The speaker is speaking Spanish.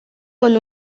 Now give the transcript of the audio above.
con